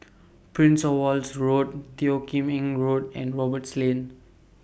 Prince of Wales Road Teo Kim Eng Road and Roberts Lane